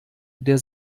der